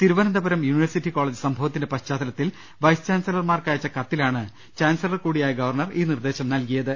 Thiruvananthapuram university college സംഭവത്തിന്റെ പശ്ചാ ത്തലത്തിൽ വൈസ് ചാൻസലർമാർക്കയച്ച കത്തിലാണ് ചാൻസലർ കൂടി യായ ഗവർണർ ഈ നിർദ്ദേശം നൽകിയത്